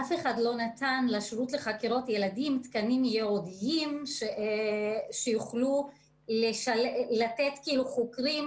אף אחד לא נתן לשירות לחקירות ילדים תקנים ייעודיים שיוכלו לתת חוקרים,